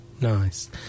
Nice